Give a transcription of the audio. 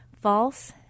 False